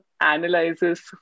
analyzes